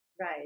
Right